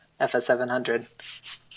FS700